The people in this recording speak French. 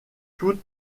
toute